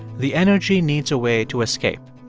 the energy needs a way to escape.